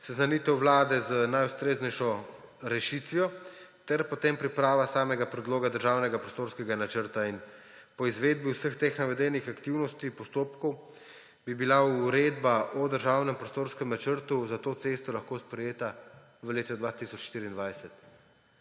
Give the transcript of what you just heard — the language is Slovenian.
seznanitev Vlade z najustreznejšo rešitvijo ter potem priprava samega predloga državnega prostorskega načrta. Po izvedbi vseh teh navedenih aktivnosti, postopkov bi bila uredba o državnem prostorskem načrtu za to cesto lahko sprejeta v letu 2024.